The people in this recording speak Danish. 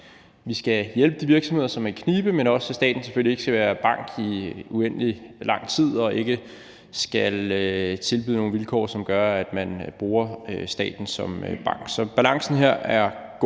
vi skal hjælpe de virksomheder, som er i knibe, men at staten selvfølgelig ikke skal være bank i uendelig lang tid og ikke skal tilbyde nogle vilkår, som gør, at man bruger staten som bank. Så balancen her er god.